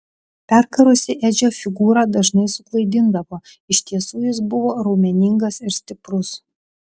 perkarusi edžio figūra dažnai suklaidindavo iš tiesų jis buvo raumeningas ir stiprus